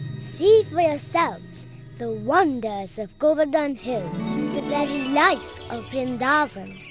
see for yourselves the wonders of govardhana hill life of vrindavan.